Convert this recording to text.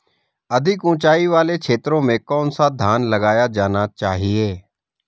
अधिक उँचाई वाले क्षेत्रों में कौन सा धान लगाया जाना चाहिए?